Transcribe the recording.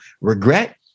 Regret